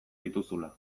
dituzula